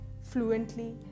fluently